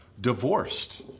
divorced